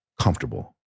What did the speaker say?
comfortable